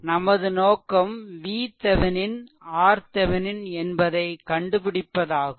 நமது நோக்கம் VThevenin RThevenin என்பதை கண்டுபிடிப்பதாகும்